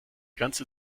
ganze